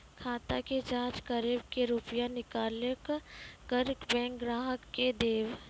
खाता के जाँच करेब के रुपिया निकैलक करऽ बैंक ग्राहक के देब?